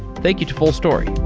thank you to fullstory.